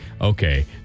okay